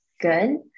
good